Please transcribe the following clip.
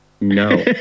No